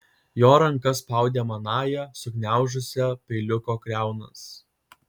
jo ranka spaudė manąją sugniaužusią peiliuko kriaunas